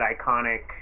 iconic